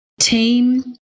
team